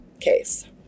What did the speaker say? case